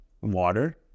Water